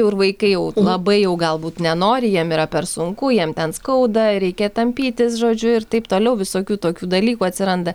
jau ir vaikai jau labai jau galbūt nenori jiem yra per sunku jiem ten skauda reikia tampytis žodžiu ir taip toliau visokių tokių dalykų atsiranda